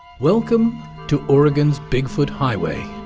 welcome to oregon's big foot highway.